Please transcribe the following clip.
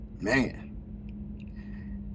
man